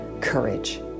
courage